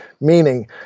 meaning